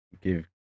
Give